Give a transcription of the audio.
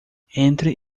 entre